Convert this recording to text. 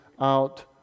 out